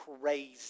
crazy